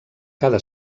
cada